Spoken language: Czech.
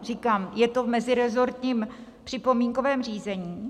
Říkám, je to v meziresortním připomínkovém řízení.